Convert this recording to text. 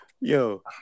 Yo